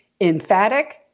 emphatic